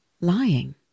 lying